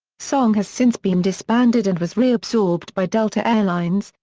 song has since been disbanded and was reabsorbed by delta air lines,